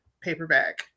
paperback